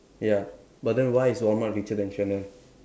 ya but then why is Walmart richer then Chanel